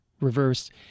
reverse